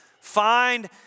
find